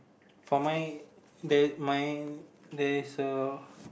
for mine there's mine there's a